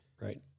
right